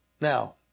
Now